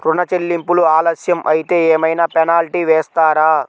ఋణ చెల్లింపులు ఆలస్యం అయితే ఏమైన పెనాల్టీ వేస్తారా?